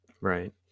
right